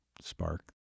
spark